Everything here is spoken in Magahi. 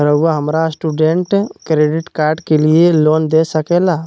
रहुआ हमरा स्टूडेंट क्रेडिट कार्ड के लिए लोन दे सके ला?